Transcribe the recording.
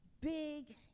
big